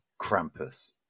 Krampus